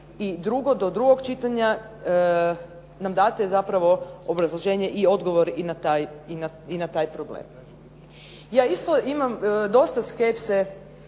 i drugo, do drugog čitanja nam date zapravo obrazloženje i odgovor i na taj problem. Ja isto imam dosta skepse